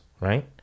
right